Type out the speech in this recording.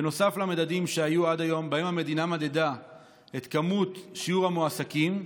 בנוסף למדדים שהיו עד היום שבהם המדינה מדדה את שיעור המועסקים.